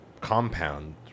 compound